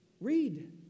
Read